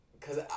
cause